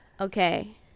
Okay